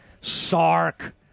Sark